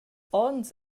onns